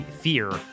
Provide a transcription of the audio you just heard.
fear